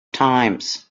times